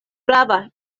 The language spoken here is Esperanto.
prava